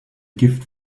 gift